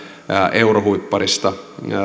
eurohuipparista